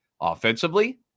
offensively